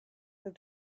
that